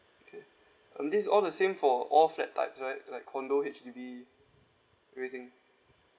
okay and this all the same for all flat type right like condo H_D_B everything